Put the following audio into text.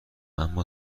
اما